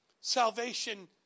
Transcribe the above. Salvation